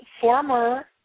former